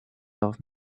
darf